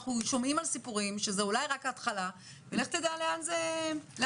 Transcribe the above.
אנחנו שומעים על סיפורים וזו אולי רק התחלה ולך תדע לאן זה מגיע.